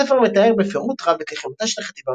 הספר מתאר בפירוט רב את לחימתה של חטיבה